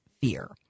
fear